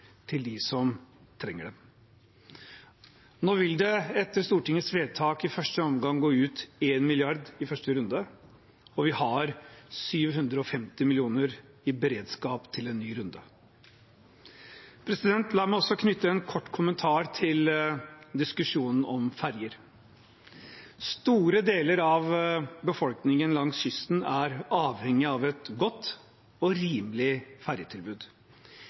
til dem som trenger det. Nå vil det etter Stortingets vedtak i første omgang gå ut 1 mrd. kr i første runde. Vi har 750 mill. kr i beredskap til en ny runde. La meg også knytte en kort kommentar til diskusjonen om ferjer. Store deler av befolkningen langs kysten er avhengige av et godt og rimelig ferjetilbud.